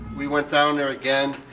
we went down there again,